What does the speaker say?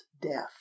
death